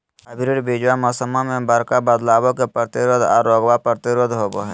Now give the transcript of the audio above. hybrid बीजावा मौसम्मा मे बडका बदलाबो के प्रतिरोधी आ रोगबो प्रतिरोधी होबो हई